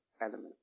element